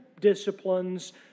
disciplines